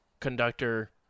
Conductor